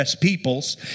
people's